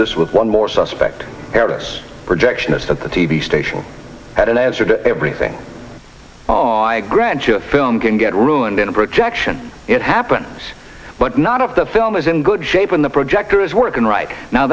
this was one more suspect harris projectionist at the t v station had an answer to everything oh i grant you a film can get ruined in a projection it happens but not of the film is in good shape in the projector is working right now